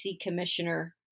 Commissioner